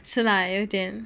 是 lah 有点